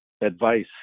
advice